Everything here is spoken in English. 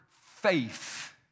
faith